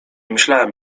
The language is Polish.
myślałem